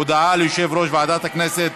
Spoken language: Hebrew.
הודעה ליושב-ראש ועדת הכנסת